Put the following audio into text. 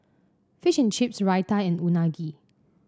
fish and Chips Raita and Unagi